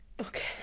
okay